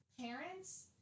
parents